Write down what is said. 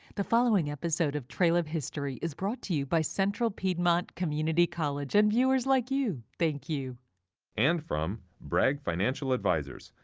the following episode of trail of history is brought to you by central piedmont community college and viewers like you. thank you. announcer and from bragg financial advisors,